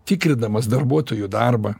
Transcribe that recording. tikrindamas darbuotojų darbą